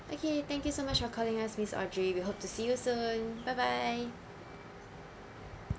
okay thank you so much for calling us miss audrey we hope to see you soon bye bye